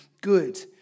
good